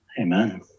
Amen